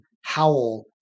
howl